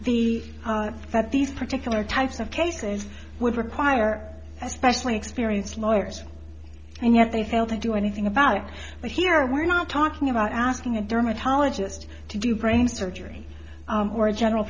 that these particular types of cases would require especially experienced lawyers and yet they fail to do anything about it but here we're not talking about asking a dermatologist to do brain surgery or a general